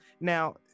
Now